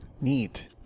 Neat